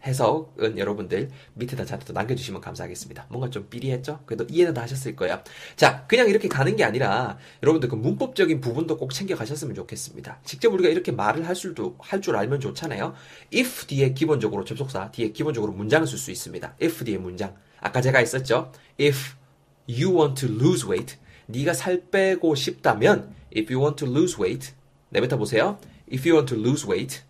해석은 여러분들 밑에다 자주 또 남겨주시면 감사하겠습니다. 뭔가 좀 삐리했죠? 그래도 이해는 다 하셨을 거예요. 자, 그냥 이렇게 가는 게 아니라 여러분들 그 문법적인 부분도 꼭 챙겨가셨으면 좋겠습니다. 직접 우리가 이렇게 말을 할 수도- 할 줄 알면 좋잖아요. if 뒤에 기본적으로, 접속사 뒤에 기본적으로 문장을 쓸 수 있습니다. if 뒤에 문장. 아까 제가 했었죠? if you want to lose weight, 네가 살 빼고 싶다면, if you want to lose weight, 내뱉어보세요. if you want to lose weight